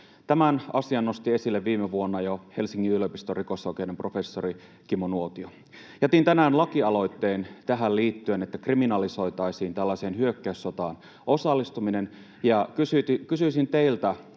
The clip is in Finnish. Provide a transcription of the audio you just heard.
Tämän asian nosti jo viime vuonna esille Helsingin yliopiston rikosoikeuden professori Kimmo Nuotio. Jätin tänään lakialoitteen tähän liittyen, että kriminalisoitaisiin tällaiseen hyökkäyssotaan osallistuminen, ja kysyisin teiltä,